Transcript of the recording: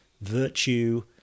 virtue